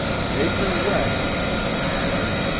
take her west, he had said,